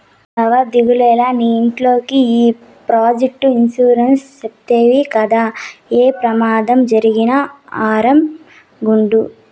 బావా దిగులేల, నీ ఇంట్లోకి ఈ ప్రాపర్టీ ఇన్సూరెన్స్ చేస్తవి గదా, ఏ పెమాదం జరిగినా ఆరామ్ గుండు